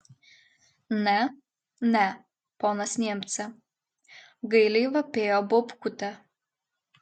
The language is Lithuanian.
ne ne ponas niemce gailiai vapėjo baubkutė